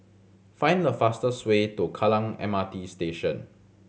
find the fastest way to Kallang M R T Station